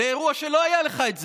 לאירוע שלא היה לך את זה?